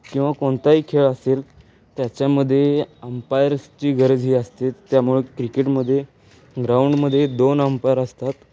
किंवा कोणताही खेळ असेल त्याच्यामध्ये अंपायर्सची गरजही असते त्यामुळे क्रिकेटमध्ये ग्राउंडमध्ये दोन अंपायर असतात